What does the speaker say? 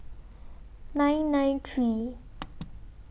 nine nine three